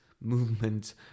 movement